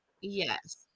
Yes